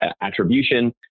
attribution